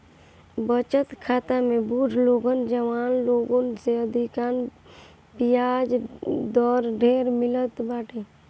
बचत खाता में बुढ़ लोगन जवान लोगन से अधिका बियाज दर ढेर मिलत बाटे